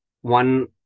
one